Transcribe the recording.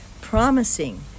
promising